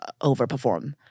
overperform